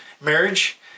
marriage